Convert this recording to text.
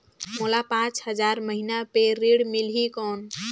मोला पांच हजार महीना पे ऋण मिलही कौन?